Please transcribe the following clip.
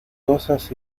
cosas